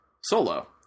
solo